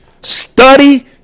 study